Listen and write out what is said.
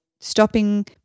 stopping